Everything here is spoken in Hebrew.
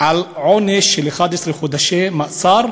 על עונש של 11 חודשי מאסר,